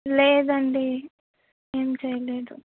లేదండి ఏం చేయలేదు